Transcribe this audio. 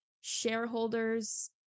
shareholders